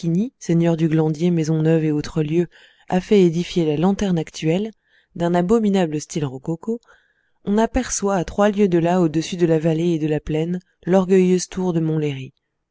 seigneur du glandier maisons neuves et autres lieux a fait édifier la lanterne actuelle d'un abominable style rococo on aperçoit à trois lieues de là au-dessus de la vallée et de la plaine l'orgueilleuse tour de montlhéry